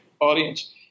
audience